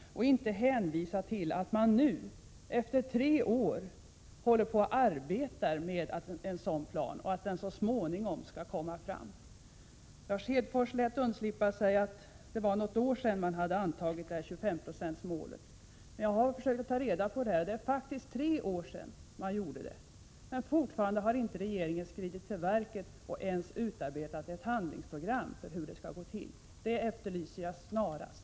Ni kan inte hänvisa till att man nu efter tre år håller på att arbeta med en sådan plan som så småningom skall tas fram. Lars Hedfors lät undslippa sig att 25 96-målet antogs för något år sedan. Jag har undersökt detta och det är faktiskt tre år sedan målet antogs, men fortfarande har inte regeringen skridit till verket med att ens utarbeta ett handlingsprogram för hur målet skall nås. Det efterlyser jag snarast.